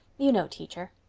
you know, teacher.